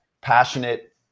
passionate